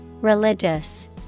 Religious